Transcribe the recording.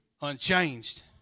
unchanged